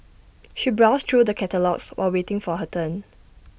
she browsed through the catalogues while waiting for her turn